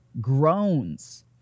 groans